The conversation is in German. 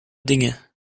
dinge